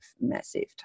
massive